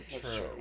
true